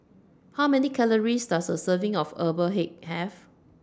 How Many Calories Does A Serving of Herbal Egg Have